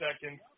seconds